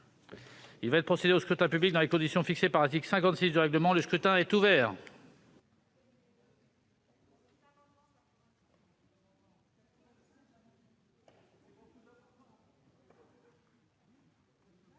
Il va être procédé au scrutin dans les conditions fixées par l'article 56 du règlement. Le scrutin est ouvert.